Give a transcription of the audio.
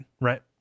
right